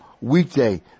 weekday